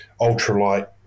ultralight